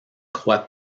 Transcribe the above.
croit